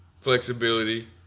Flexibility